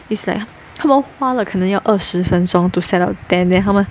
it's like 他们花了可能要二十分钟 to set up tent then 他们